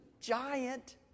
giant